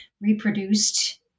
reproduced